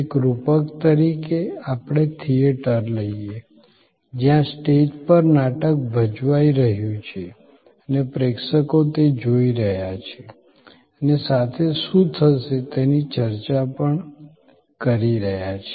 એક રૂપક તરીકે આપણે થિયેટર લઈએ જ્યાં સ્ટેજ પર નાટક ભજવાય રહ્યું છે અને પ્રેક્ષકો તે જોઈ રહ્યા છે અને સાથે શું થશે તેની ચર્ચા પણ કરી રહ્યા છે